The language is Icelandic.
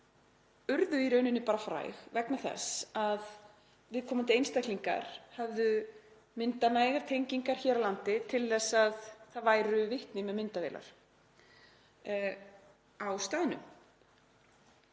urðu í raun bara fræg vegna þess að viðkomandi einstaklingar höfðu myndað nægar tengingar hér á landi til að það væru vitni með myndavélar á staðnum.